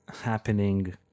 happening